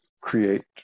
create